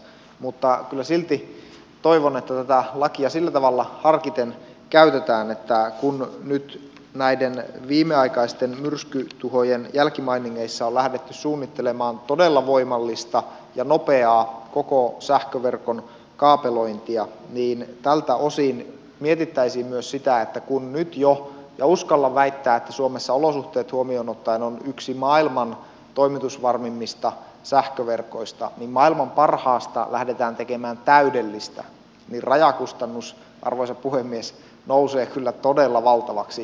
mutta kyllä silti toivon että tätä lakia sillä tavalla harkiten käytetään että kun nyt näiden viimeaikaisten myrskytuhojen jälkimainingeissa on lähdetty suunnittelemaan todella voimallista ja nopeaa koko sähköverkon kaapelointia niin tältä osin mietittäisiin myös sitä että kun nyt jo ja uskallan väittää suomessa olosuhteet huomioon ottaen on yksi maailman toimitusvarmimmista sähköverkoista ja maailman parhaasta lähdetään tekemään täydellistä niin rajakustannus arvoisa puhemies nousee kyllä todella valtavaksi